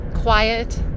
quiet